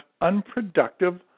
unproductive